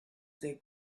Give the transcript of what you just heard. they